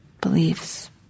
Beliefs